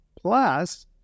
plus